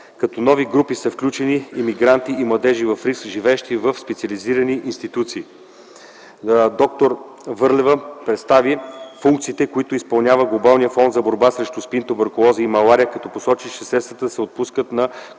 Като нови групи са включени имигрантите и младежите в риск, живеещи в специализирани институции. Доктор Върлева представи функциите, които изпълнява Глобалния фонд за борба срещу СПИН, туберкулоза и малария, като посочи, че средствата се отпускат на конкурсен